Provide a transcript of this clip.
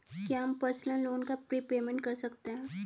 क्या हम personal loan का प्रीपेमेंट कर सकते हैं?